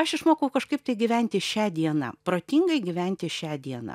aš išmokau kažkaip gyventi šią dieną protingai gyventi šią dieną